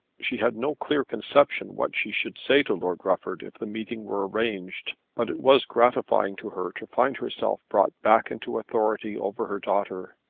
she had no clear conception what she should say to lord rufford if the meeting were arranged, but it was gratifying to her to find herself brought back into authority over her daughter.